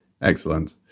Excellent